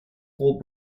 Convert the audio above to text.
full